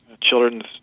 children's